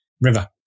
river